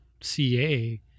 CA